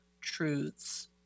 truths